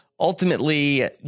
Ultimately